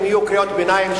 אם יהיו קריאות ביניים,